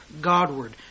Godward